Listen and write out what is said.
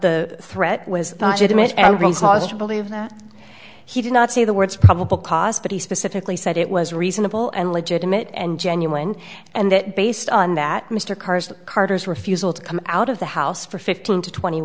to believe that he did not say the words probable cause but he specifically said it was reasonable and legitimate and genuine and that based on that mr karr's carter's refusal to come out of the house for fifteen to twenty